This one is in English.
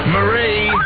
Marie